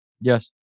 Yes